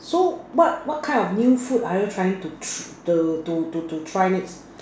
so what what kind of new food are you trying to to to to try next